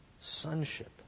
sonship